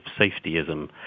safetyism